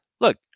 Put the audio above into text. look